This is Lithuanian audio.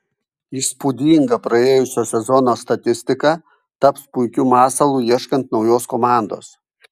įspūdinga praėjusio sezono statistika taps puikiu masalu ieškant naujos komandos